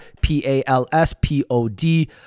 P-A-L-S-P-O-D